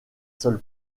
sol